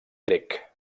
grec